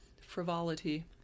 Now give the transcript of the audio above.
frivolity